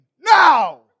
now